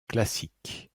classique